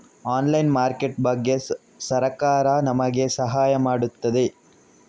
Online market ಬಗ್ಗೆ ಸರಕಾರ ನಮಗೆ ಸಹಾಯ ಮಾಡುತ್ತದೆ?